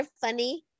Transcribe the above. funny